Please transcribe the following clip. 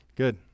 good